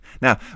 Now